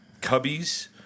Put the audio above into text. cubbies